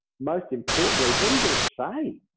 most importantly what are you going to say?